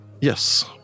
Yes